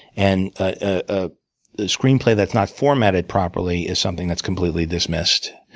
and a screenplay that's not formatted properly is something that's completely dismissed.